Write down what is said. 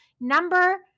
Number